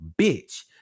bitch